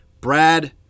brad